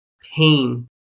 pain